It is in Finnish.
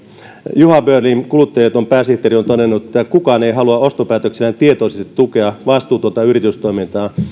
juha beurling kuluttajaliiton pääsihteeri on todennut että kukaan ei halua ostopäätöksillään tietoisesti tukea vastuutonta yritystoimintaa